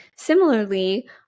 Similarly